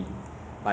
ah tagim loh